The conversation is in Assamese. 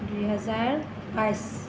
দুই হেজাৰ পাঁচ